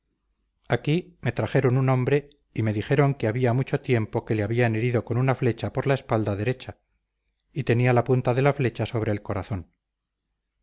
aquí me trajeron un hombre y me dijeron que había mucho tiempo que le habían herido con una flecha por la espalda derecha y tenía la punta de la flecha sobre el corazón